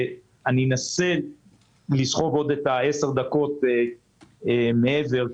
אנסה לסחוב עוד 10 דקות מעבר,